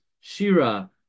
Shira